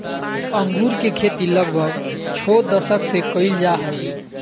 अंगूर के खेती लगभग छो दशक से कइल जा हइ